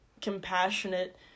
compassionate